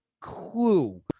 clue